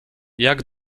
jak